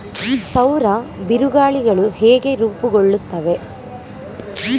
ಸೌರ ಬಿರುಗಾಳಿಗಳು ಹೇಗೆ ರೂಪುಗೊಳ್ಳುತ್ತವೆ?